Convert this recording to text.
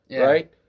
right